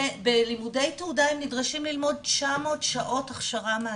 בלימודי תעודה נדרשים ללמוד 900 שעות הכשרה מעשית.